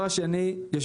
אני כבר